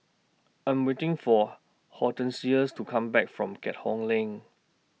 I Am waiting For Hortencias to Come Back from Keat Hong LINK